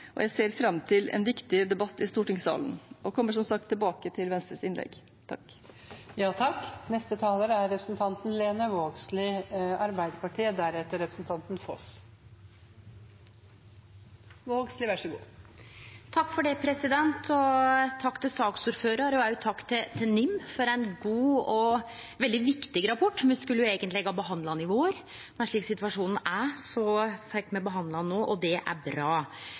og jeg ser fram til en viktig debatt i stortingssalen. Jeg kommer som sagt tilbake til Venstres innlegg. Takk til saksordføraren, og takk til NIM for ein god og veldig viktig rapport. Me skulle eigentleg ha behandla han i vår, men slik situasjonen er, får me behandla han no, og det er bra.